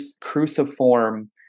cruciform